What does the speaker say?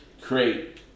create